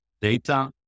data